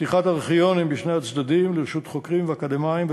פתיחת ארכיונים בשני הצדדים לרשות חוקרים ואקדמאים,